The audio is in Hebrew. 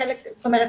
זאת אומרת,